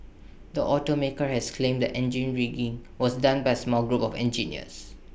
the automaker has claimed the engine rigging was done by small group of engineers